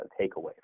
takeaway